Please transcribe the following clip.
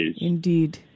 Indeed